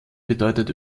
bedeutet